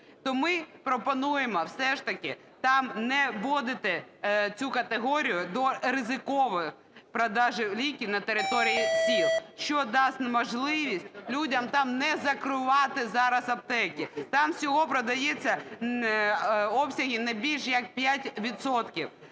то ми пропонуємо все ж таки там не вводити цю категорію до ризикового продажу ліків на території сіл, що дасть можливість людям там не закривати зараз аптеки. Там всього продається обсяги не більш як 5